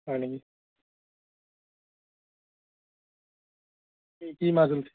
হয় নেকি কি কি মাছ অ'লছি